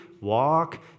walk